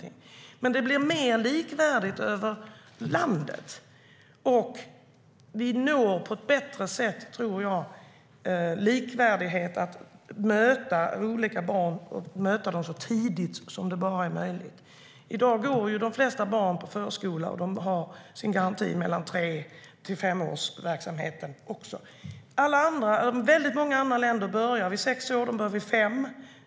I dag går de flesta barn på förskola, och det finns en garanti för tre till femårsverksamhet. I många andra länder börjar barnen vid sex eller fem års ålder.